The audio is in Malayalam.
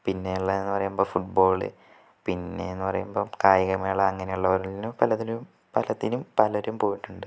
പിന്നെ ഉള്ളതെന്ന് പറയുമ്പോൾ ഫുട്ബോള് പിന്നെന്നു പറയുമ്പോൾ കായികമേള അങ്ങനെയുള്ള പലതിനും പലതിനും പലരും പോയിട്ടുണ്ട്